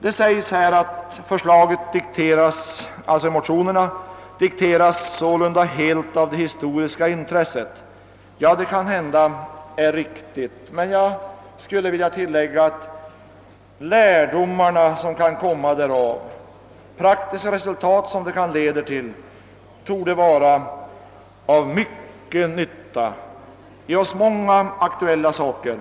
Det sägs att förslaget i motionerna dikteras helt av det historiska intresset. Det. kanske är riktigt, Men jag skulle vilja tillägga att lärdomarna som kan erhållas av ett dylikt verk och de praktiska resultat som undersökningarna leder till torde vara till stor nytta och ge oss många viktiga uppgifter.